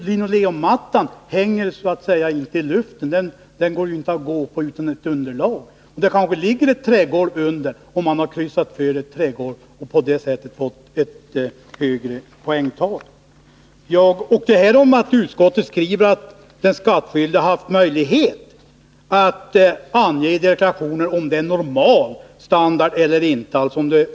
Linoleummattan hänger ju så att säga inte i luften — men man kan inte gå på en sådan utan att det finns något underlag. Det kanske ligger ett trägolv under, och då har man kryssat för att man har ett trägolv och på det sättet fått ett högre poängtal. Utskottet skriver att den skattskyldige haft möjlighet att ange i deklarationen om det är fråga om normal standard eller inte.